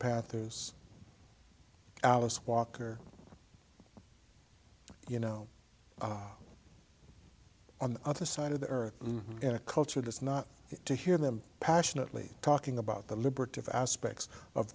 path there's alice walker you know on the other side of the earth in a culture that's not to hear them passionately talking about the liberty of aspects of